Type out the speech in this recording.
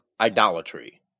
idolatry